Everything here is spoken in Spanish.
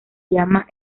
llama